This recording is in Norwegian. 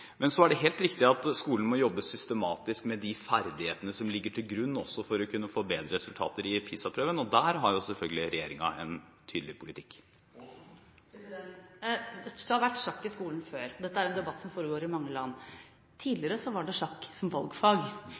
Så er det helt riktig at skolen må jobbe systematisk med de ferdighetene som ligger til grunn også for å kunne få bedre resultater på PISA-prøvene, og der har selvfølgelig regjeringen en tydelig politikk. Dette er en debatt som foregår i mange land. Det har vært sjakk i skolen før; tidligere var sjakk et valgfag. Det er en